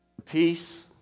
peace